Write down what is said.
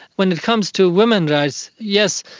when it comes to women's rights, yes,